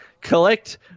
collect